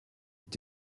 with